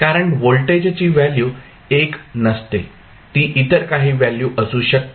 कारण व्होल्टेजची व्हॅल्यू 1 नसते ती इतर काही व्हॅल्यू असू शकते